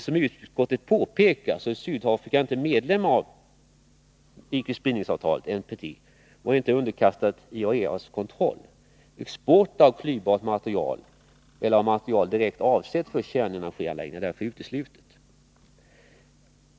Som utskottet påpekar är Sydafrika inte medlem av ickespridningsavtalet och är inte underkastat IAEA:s kontroll. Export av klyvbart material eller av material direkt avsett för kärnenergianläggningar är därför utesluten.